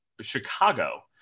Chicago